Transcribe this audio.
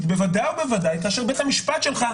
ואין פחד מבית המשפט העליון,